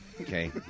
Okay